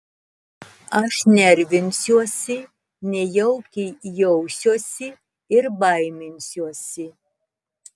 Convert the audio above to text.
aš nervinsiuosi nejaukiai jausiuosi ir baiminsiuosi